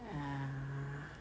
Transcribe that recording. ah